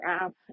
app